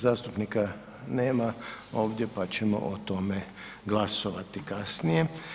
Zastupnika nema ovdje pa ćemo o tome glasovati kasnije.